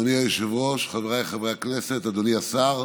אדוני היושב-ראש, חבריי חברי הכנסת, אדוני השר,